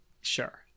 Sure